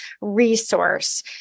resource